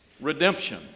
redemption